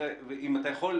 אם אתה יכול,